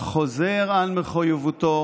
חוזר על מחויבותו